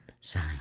Sign